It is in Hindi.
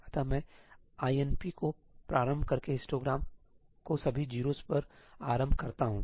अतः मैं 'inp' को प्रारंभ करके हिस्टोग्राम को सभी 0s पर आरंभ करता हूं